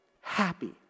happy